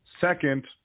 Second